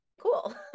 cool